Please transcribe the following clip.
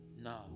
Now